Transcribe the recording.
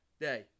day